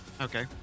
Okay